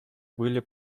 были